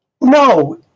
no